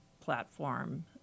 platform